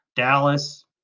Dallas